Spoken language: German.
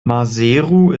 maseru